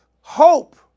hope